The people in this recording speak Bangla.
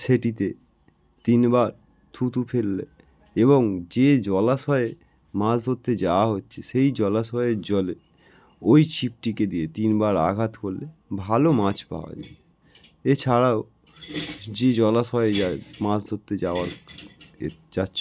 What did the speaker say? সেটিতে তিনবার থুতু ফেললে এবং যে জলাশয়ে মাছ ধরতে যাওয়া হচ্ছে সেই জলাশয়ের জলে ওই ছিপটিকে দিয়ে তিনবার আঘাত করলে ভালো মাছ পাওয়া যায় এছাড়াও যে জলাশয়ে যায় মাছ ধরতে যাওয়া এ যাচ্ছে